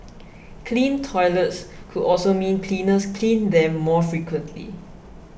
clean toilets could also mean cleaners clean them more frequently